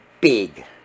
big